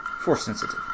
Force-sensitive